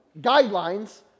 guidelines